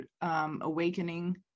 awakening